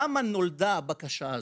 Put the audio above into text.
למה נולדה הבקשה הזו?